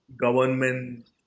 government